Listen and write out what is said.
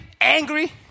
angry